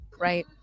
Right